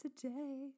today